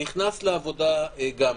נכנס לעבודה גמזו,